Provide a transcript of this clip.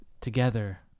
together